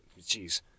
jeez